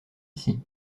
ici